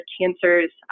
cancers